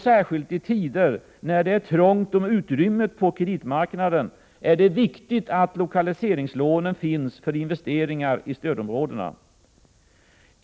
Särskilt i tider när det är trångt om utrymmet på kreditmarknaden är det viktigt att lokaliseringslånen finns för investeringar i stödområdena.